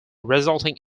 resulting